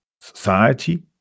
society